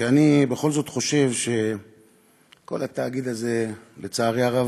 כי אני בכל זאת חושב שכל התאגיד הזה, לצערי הרב,